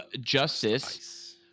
Justice